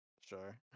sure